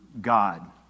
God